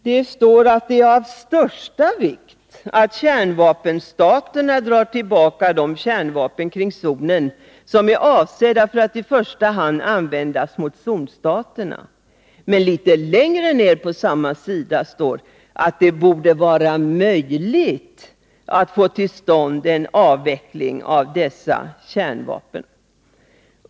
Det står först att det är av största vikt att kärnvapenstaterna drar tillbaka de kärnvapen kring zonen som är avsedda för att i första hand användas mot zonstaterna. Men litet längre ner på samma sida står det att det borde vara möjligt att få till stånd en avveckling av dessa kärnvapen.